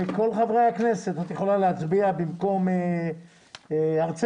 את יכולה להצביע במקום חבר הכנסת